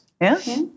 yes